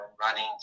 running